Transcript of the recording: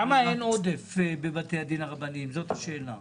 למה אין עודף בבתי הדין הרבניים, זאת השאלה.